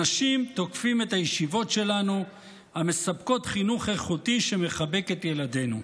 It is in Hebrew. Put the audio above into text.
אנשים תוקפים את הישיבות שלנו המספקות חינוך איכותי שמחבק את ילדינו.